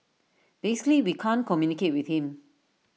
basically we can't communicate with him